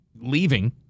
leaving